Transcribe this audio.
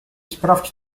sprawdź